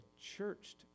churched